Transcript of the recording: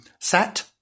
sat